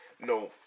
no